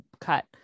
cut